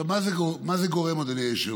עכשיו, למה זה גורם, אדוני היושב-ראש?